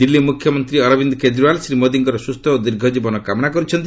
ଦିଲ୍ଲୀ ମୁଖ୍ୟମନ୍ତ୍ରୀ ଅରବିନ୍ଦ କେଜରିୱାଲ ଶ୍ରୀ ମୋଦିଙ୍କର ସୁସ୍ଥ ଓ ଦୀର୍ଘଜୀବନ କାମନା କରିଛନ୍ତି